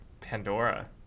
pandora